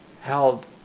held